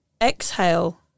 Exhale